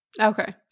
Okay